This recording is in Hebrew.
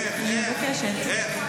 איך?